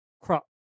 crop